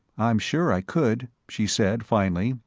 i'm sure i could, she said finally,